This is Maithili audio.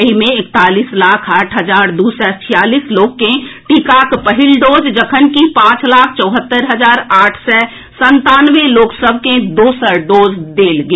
एहि मे एकतालीस लाख आठ हजार दू सय छियालीस लोक केँ टीकाक पहिल डोज जखनकि पांच लाख चौहत्तरि हजार आठ सय संतानवे लोक सभ कॅ दोसर डोज देल गेल